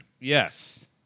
Yes